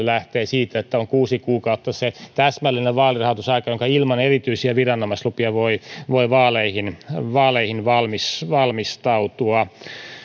lähtee siitä että on kuusi kuukautta se täsmällinen vaalirahoitusaika jonka ilman erityisiä viranomaislupia voi voi vaaleihin vaaleihin valmistautua